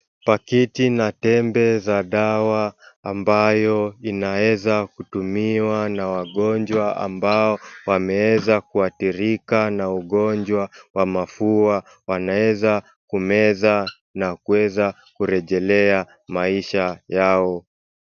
Pakiti na tembe za dawa ambayo inaweza kutumiwa na wagonjwa ambao wameweza kuadhirika na ugonjwa wa mafua wanaweza kumeza na kuweza kurejelea maisha yao.